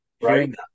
Right